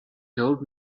told